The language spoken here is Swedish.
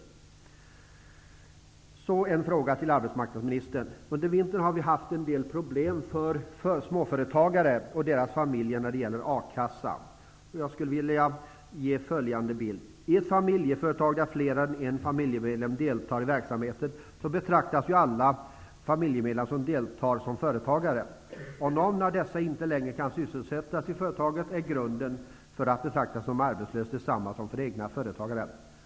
Jag skulle vilja ställa en fråga till arbetsmarknadsministern. Under vintern har problemen för småföretagare och deras familjer när det gäller A-kassa aktualiserats. Jag skulle vilja ge följande bild. I familjeföretag, där fler än en familjemedlem deltar i verksamheten, betraktas alla familjemedlemmar som deltar som företagare. Om någon av dessa inte längre kan sysselsättas i företaget är grunden för att betraktas som arbetslös densamma som för egna företagare.